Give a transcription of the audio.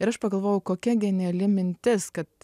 ir aš pagalvojau kokia geniali mintis kad